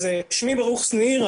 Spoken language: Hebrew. שמי ברוך שניר,